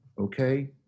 okay